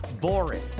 boring